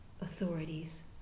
authorities